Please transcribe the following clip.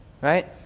right